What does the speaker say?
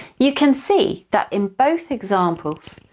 you can see that in both examples,